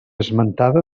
esmentada